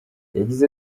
yagize